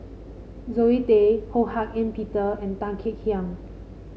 Zoe Tay Ho Hak Ean Peter and Tan Kek Hiang